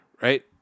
right